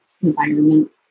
environment